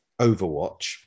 Overwatch